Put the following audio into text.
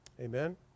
Amen